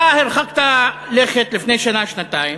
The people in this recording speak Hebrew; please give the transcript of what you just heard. אתה הרחקת לכת לפני שנה-שנתיים